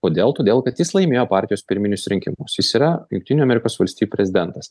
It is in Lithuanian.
kodėl todėl kad jis laimėjo partijos pirminius rinkimus jis yra jungtinių amerikos valstijų prezidentas